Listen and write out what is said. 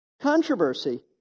controversy